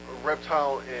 Reptile